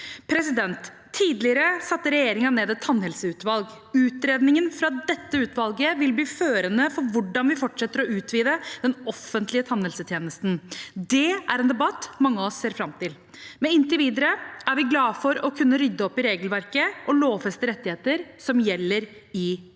fengsel. Tidligere satte regjeringen ned et tannhelseutvalg. Utredningen fra dette utvalget vil bli førende for hvordan vi fortsetter å utvide den offentlige tannhelsetjenesten. Det er en debatt mange av oss ser fram til. Men inntil videre er vi glad for å kunne rydde opp i regelverket og lovfeste rettigheter som gjelder i praksis.